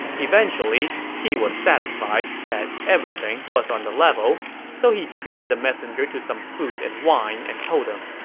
eventually, he was satisfied that everything was on the level, so he treated the messenger to some food and wine and told him,